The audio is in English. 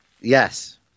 Yes